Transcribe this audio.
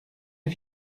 les